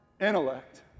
intellect